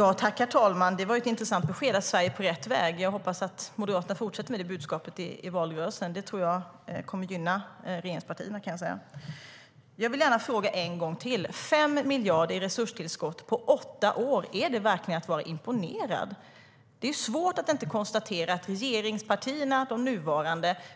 Herr talman! Det var ett intressant besked att Sverige är på rätt väg. Jag hoppas att Moderaterna fortsätter med det budskapet i valrörelsen. Det tror jag kommer att gynna regeringspartierna. Jag vill gärna fråga en gång till: 5 miljarder i resurstillskott på åtta år, är det verkligen imponerande? Det är svårt att inte konstatera att de nuvarande